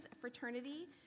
Fraternity